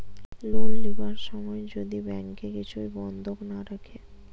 loan লিবার সময় যদি ব্যাংকে কিছু বন্ধক না রাখে